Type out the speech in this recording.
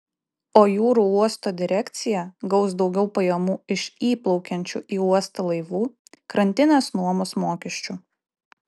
o jūrų uosto direkcija gaus daugiau pajamų iš įplaukiančių į uostą laivų krantinės nuomos mokesčių